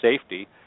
safety